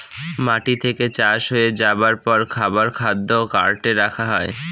মাটি থেকে চাষ হয়ে যাবার পর খাবার খাদ্য কার্টে রাখা হয়